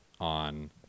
on